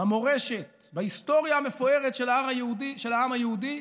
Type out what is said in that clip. במורשת, בהיסטוריה המפוארת של העם היהודי,